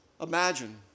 imagine